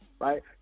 Right